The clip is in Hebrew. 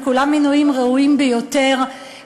כולם מינויים ראויים ביותר,